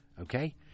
okay